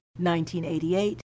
1988